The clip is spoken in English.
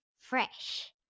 Fresh